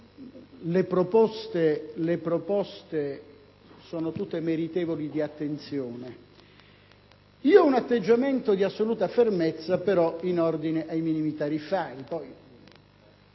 lui avanzate sono tutte meritevoli di attenzione. Io, però, ho un atteggiamento di assoluta fermezza in ordine ai minimi tariffari;